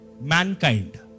mankind